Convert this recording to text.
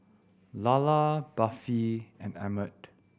Lalla Buffy and Emmett